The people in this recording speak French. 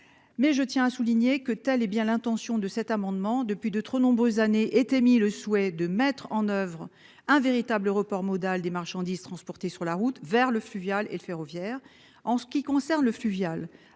Mais je tiens à souligner que telle est bien l'intention de cet amendement depuis de trop nombreuses années est émis le souhait de mettre en oeuvre un véritable report modal des marchandises transportées sur la route vers le fluvial et ferroviaire en ce qui concerne le fluvial